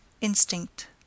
Instinct